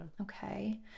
Okay